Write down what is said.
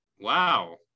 wow